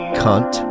cunt